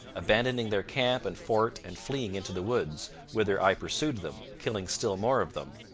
abandoning their camp and fort and fleeing into the woods, whither i pursued them, killing still more of them.